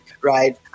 right